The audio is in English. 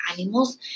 animals